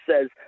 says